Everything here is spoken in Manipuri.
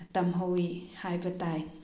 ꯇꯝꯍꯧꯋꯤ ꯍꯥꯏꯕ ꯇꯥꯏ